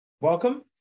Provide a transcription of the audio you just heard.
welcome